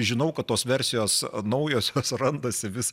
žinau kad tos versijos naujosios randasi vis